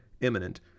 imminent